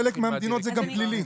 בחלק מהמדינות זה גם פלילי.